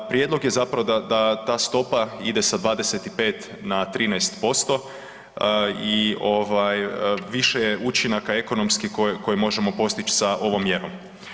Prijedlog je zapravo da ta stopa ide sa 25 na 13% i više je učinaka ekonomskih koje možemo postići sa ovom mjerom.